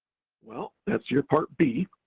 well, that's your part b,